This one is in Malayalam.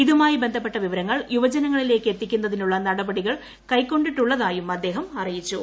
ഇതുമായി ബന്ധപ്പെട്ട വിവരങ്ങൾ യുവജനങ്ങളിലേയ്ക്ക് എത്തിക്കുന്നതിനുള്ള നടപടികൾ കൈക്കൊണ്ടിട്ടുള്ളതായും അദ്ദേഹം അറിയിച്ചു